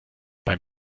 beim